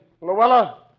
Luella